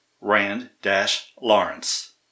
rand-lawrence